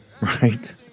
right